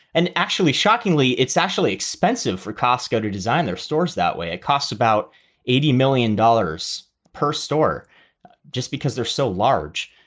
and actually, shockingly, it's actually expensive for costco to design their stores that way. it costs about eighty million dollars per store just because they're so large.